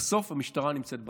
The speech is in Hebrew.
ובסוף המשטרה נמצאת בתווך,